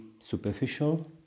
superficial